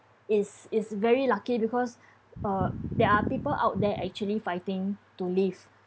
is is very lucky because uh there are people out there actually fighting to live